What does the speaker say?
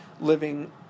living